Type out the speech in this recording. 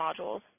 modules